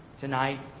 tonight